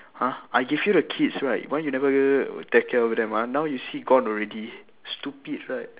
!huh! I give you the keys right why you never take care of them ah now you see gone already stupid right